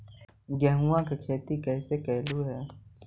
गेहूआ के खेती कैसे कैलहो हे?